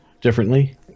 differently